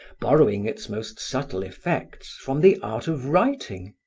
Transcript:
borrowing its most subtle effects from the art of writing,